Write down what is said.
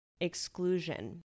Exclusion